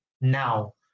now